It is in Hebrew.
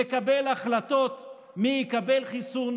נקבל החלטות מי יקבל חיסון,